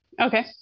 Okay